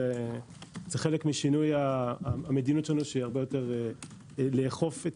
זה חלק משינוי המדיניות שלנו שהיא הרבה יותר לאכוף את